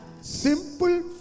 simple